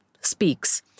speaks